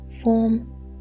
form